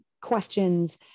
questions